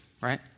right